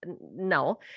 no